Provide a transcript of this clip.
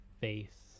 face